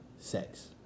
sex